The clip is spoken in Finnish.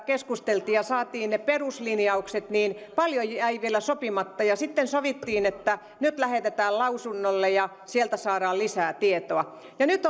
keskusteltiin ja saatiin ne peruslinjaukset paljon jäi vielä sopimatta sitten sovittiin että nyt lähetetään lausunnolle ja sieltä saadaan lisää tietoa ja nyt